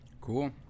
Cool